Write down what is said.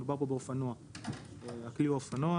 ו- 3" יבוא "לעניין העבירה המנויה בפרט 2"